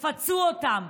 תפצו אותם.